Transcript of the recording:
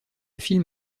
film